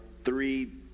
three